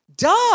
Duh